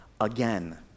again